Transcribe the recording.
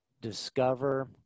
discover